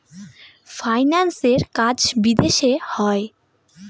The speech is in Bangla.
ফাইন্যান্সের কাজ বিদেশে হয়